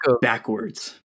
backwards